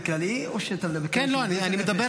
כללי או שאתה מדבר --- אני מדבר,